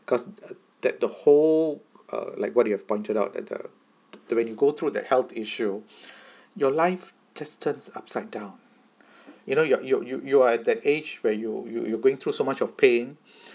cause that the whole uh like what you have pointed out that the the when you go through the health issue your life just turns upside down you know you're you you are at that age where you you you going through so much of pain